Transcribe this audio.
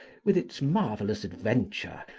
with its marvellous adventure,